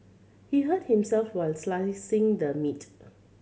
he hurt himself while slicing the meat